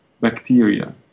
bacteria